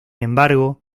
embargo